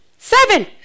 Seven